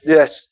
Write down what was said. Yes